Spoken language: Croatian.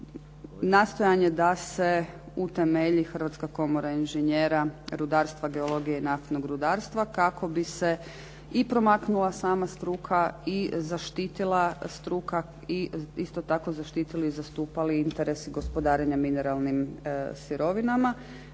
nastojanje da se utemelji hrvatska komora inžinjera rudarstva, geologije i naftnog rudarstva kako bi se i promaknula sama struka i zaštitila struka, i isto tako zaštitili i zastupali interesi gospodarenja mineralnim sirovinama.